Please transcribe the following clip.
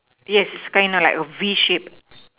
yes kind of like a V shape